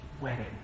wedding